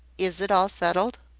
is it all settled?